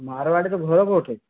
ମାରୱାଡ଼ିର ଘର କେଉଁଠି